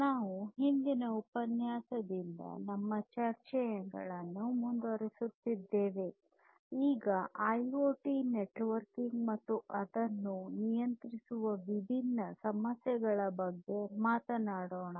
ನಾವು ಹಿಂದಿನ ಉಪನ್ಯಾಸದಿಂದ ನಮ್ಮ ಚರ್ಚೆಗಳನ್ನು ಮುಂದುವರಿಸುತ್ತೇವೆ ಈಗ ಐಒಟಿ ನೆಟ್ವರ್ಕಿಂಗ್ ಮತ್ತು ಅದನ್ನು ನಿಯಂತ್ರಿಸುವ ವಿಭಿನ್ನ ಸಮಸ್ಯೆಗಳ ಬಗ್ಗೆ ನೋಡೋಣ